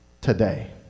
today